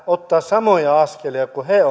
ottaa samoja askelia kuin he